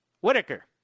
Whitaker